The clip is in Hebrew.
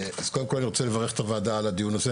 קודם כל אני רוצה לברך את הוועדה על הדיון הזה,